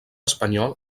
espanyol